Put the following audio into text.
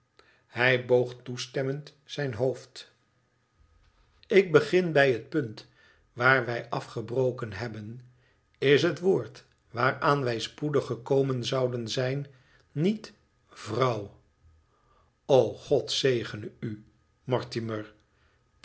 hij boog toestemmend zijn hoofd ik begin bij het punt waar wij afgebroken hebben is het woord waaraan wij spoedig gekomen zouden zijn niet vrouw god zegene u mortimer